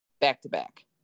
back-to-back